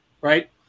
right